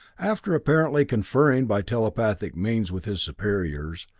after apparently conferring by telepathic means with his superiors,